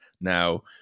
now